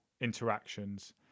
interactions